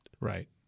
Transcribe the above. Right